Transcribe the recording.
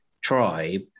tribe